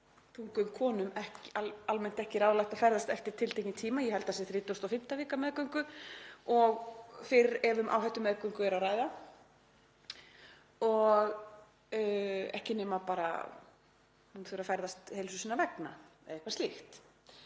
þunguðum konum almennt ekki ráðlagt að ferðast eftir tiltekinn tíma. Ég held að það sé eftir 35. viku meðgöngu og fyrr ef um áhættumeðgöngu er að ræða, ekki nema bara ef hún þarf að ferðast heilsu sinnar vegna eða eitthvað slíkt.